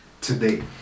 today